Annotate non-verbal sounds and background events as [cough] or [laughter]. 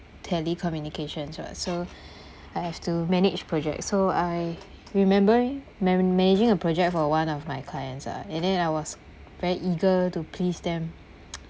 telecommunications [what] so [breath] I have to manage project so I remember mana~ managing a project for one of my clients ah and then I was very eager to please them [noise]